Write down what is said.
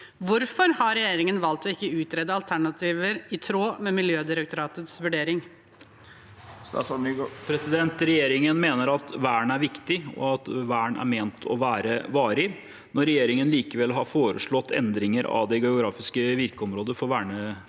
Hvorfor har regjeringen valgt å ikke utrede alternativer i tråd med Miljødirektoratets vurdering?» Statsråd Jon-Ivar Nygård Regjeringen mener at vern er viktig, og at vern er ment å være varig. Når regjeringen likevel har foreslått endringer av det geografiske virkeområdet for